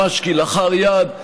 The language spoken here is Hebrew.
ממש כלאחר יד,